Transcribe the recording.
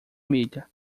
milha